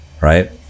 right